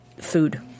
food